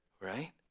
Right